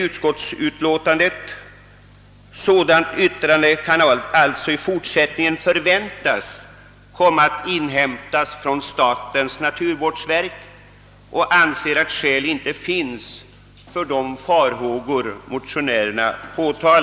Utskottet säger sålunda: »Sådant yttrande kan alltså i fortsättningen förväntas komma att inhämtas från statens naturvårdsverk.» Utskottet anser därför att skäl inte finns för de farhågor motionärerna anför.